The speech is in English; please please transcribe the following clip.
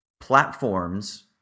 platforms